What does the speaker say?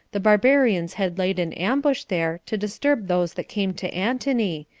the barbarians had laid an ambush there to disturb those that came to antony,